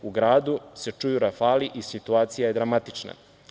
U gradu se čuju rafali i situacija je dramatična.